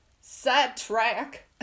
sidetrack